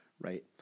right